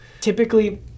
typically